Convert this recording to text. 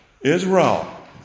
Israel